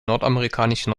nordamerikanischen